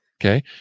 Okay